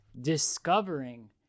discovering